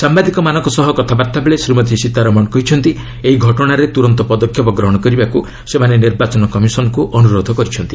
ସାମ୍ଭାଦିକମାନଙ୍କ ସହ କଥାବାର୍ତ୍ତା ବେଳେ ଶ୍ରୀମତୀ ସୀତାରମଣ କହିଛନ୍ତି ଏହି ଘଟଣାରେ ତୁରନ୍ତ ପଦକ୍ଷେପ ଗ୍ରହଣ କରିବାକୁ ସେମାନେ ନିର୍ବାଚନ କମିଶନକୁ ଅନୁରୋଧ କରିଛନ୍ତି